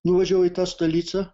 nuvažiavau į tą stalicą